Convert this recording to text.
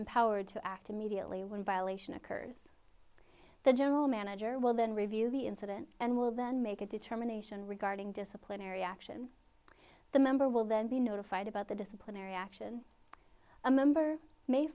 empowered to act immediately when violation occurs the general manager will then review the incident and will then make a determination regarding disciplinary action the member will then be notified about the disciplinary action a member may